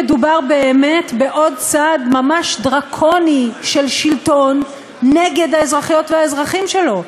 מדובר באמת בעוד צעד ממש דרקוני של שלטון נגד האזרחיות והאזרחים שלו.